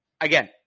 again